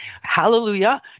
Hallelujah